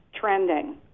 trending